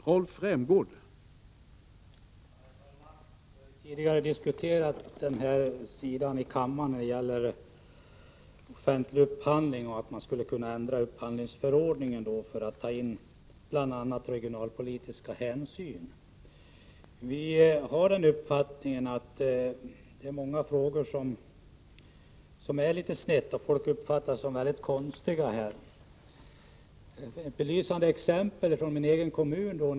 Herr talman! Vi har ju tidigare här i kammaren diskuterat den offentliga upphandlingen och att man skulle kunna ändra upphandlingsförordningen, bl.a. av regionalpolitiska hänsyn. Vi har den uppfattningen att det i många frågor är sneda förhållanden. Folk uppfattar upphandlingen som väldigt konstigt i det här sammanhanget. Jag kan anföra ett belysande exempel från min egen kommun.